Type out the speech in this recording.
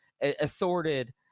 assorted